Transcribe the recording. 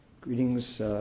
Greetings